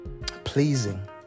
pleasing